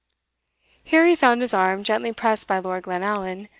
here he found his arm gently pressed by lord glenallan,